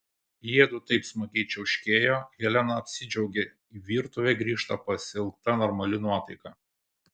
jiedu taip smagiai čiauškėjo helena apsidžiaugė į virtuvę grįžta pasiilgta normali nuotaika